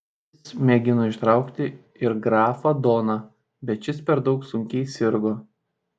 jis mėgino ištraukti ir grafą doną bet šis per daug sunkiai sirgo